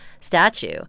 statue